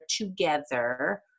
together